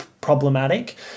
problematic